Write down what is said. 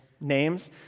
names